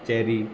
cherry